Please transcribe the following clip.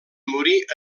morir